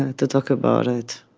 and to talk about it.